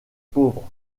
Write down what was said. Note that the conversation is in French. pauvres